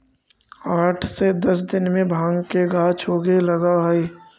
आठ से दस दिन में भाँग के गाछ उगे लगऽ हइ